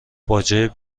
باجه